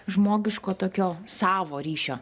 žmogiško tokio savo ryšio